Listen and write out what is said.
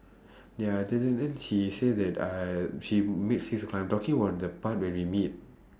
ya then then then she say that uh she meet six o'clock I am talking about the part when we meet